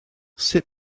sut